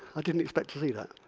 i didn't expect to see that.